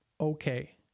okay